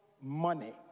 money